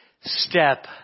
step